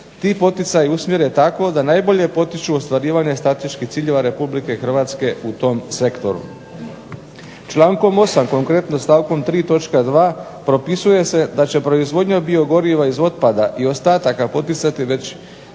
ti poticaji usmjere tako da najbolje potiču ostvarivanje strateških ciljeva Republike Hrvatske u tom sektoru. Člankom 8. konkretno stavkom 3. točka 2. propisuje se da će proizvodnja biogoriva iz otpada i ostataka poticati već